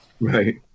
Right